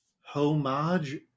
homage